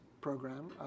program